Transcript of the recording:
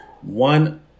One